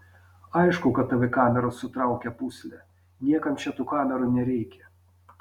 aišku kad tv kameros sutraukia pūslę niekam čia tų kamerų nereikia